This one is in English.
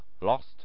Lost